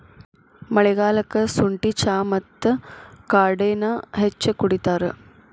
ಮಳಿಗಾಲಕ್ಕ ಸುಂಠಿ ಚಾ ಮತ್ತ ಕಾಡೆನಾ ಹೆಚ್ಚ ಕುಡಿತಾರ